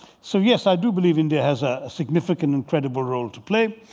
so, yes, i do believe india has a significant and credible role to play.